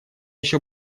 еще